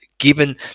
given